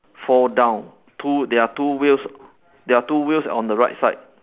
fall down two there are two wheels there are two wheels on the right side